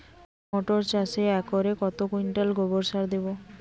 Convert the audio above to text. মটর চাষে একরে কত কুইন্টাল গোবরসার দেবো?